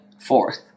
fourth